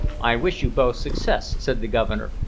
i wish you both success, said the governor,